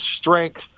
strength